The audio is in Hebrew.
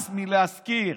הס מלהזכיר.